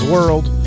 World